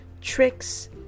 tricks